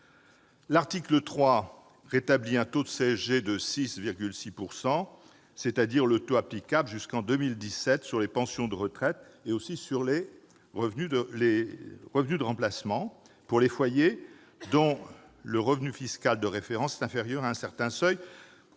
L'article 3 rétablit un taux de CSG de 6,6 %, c'est-à-dire le taux applicable jusqu'en 2017, sur les pensions de retraite et certains revenus de remplacement pour les foyers dont le revenu fiscal de référence est inférieur à un certain seuil.